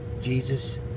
Jesus